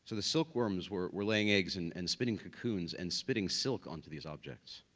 so the silkworms were were laying eggs and and spinning cocoons and spinning silk onto these objects.